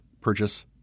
purchase